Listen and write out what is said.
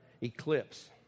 eclipse